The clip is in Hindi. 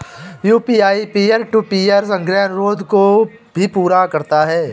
यू.पी.आई पीयर टू पीयर संग्रह अनुरोध को भी पूरा करता है